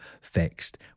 fixed